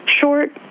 short